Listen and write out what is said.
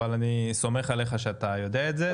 אבל אני כמובן סומך עליך שאתה יודע את זה.